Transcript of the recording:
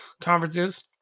conferences